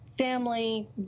Family